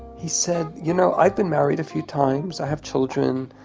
he said, you know, i've been married a few times. i have children.